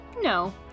No